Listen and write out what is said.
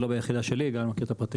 זו לא היחידה שלי ואני לא מכיר את הפרטים.